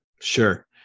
Sure